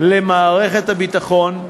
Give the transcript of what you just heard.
למערכת הביטחון,